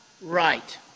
right